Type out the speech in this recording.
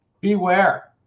Beware